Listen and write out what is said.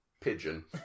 Pigeon